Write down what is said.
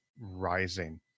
Rising